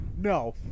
No